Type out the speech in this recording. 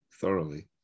thoroughly